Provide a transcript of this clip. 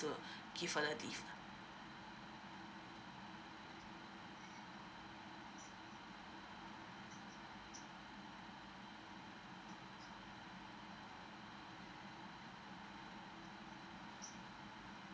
to give her the leave